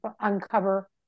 uncover